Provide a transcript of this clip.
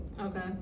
Okay